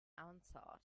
unsought